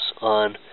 on